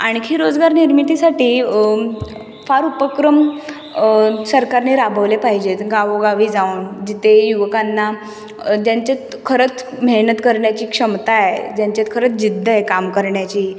आणखी रोजगार निर्मितीसाठी फार उपक्रम सरकारने राबवले पाहिजेत गावोगावी जाऊन जिथे युवकांना ज्यांच्यात खरंच मेहनत करण्याची क्षमता आहे ज्यांच्यात खरंच जिद्द आहे काम करण्याची